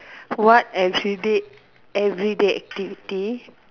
what everyday everyday activity